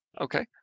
Okay